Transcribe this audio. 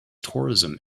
tourism